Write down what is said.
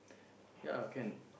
ya can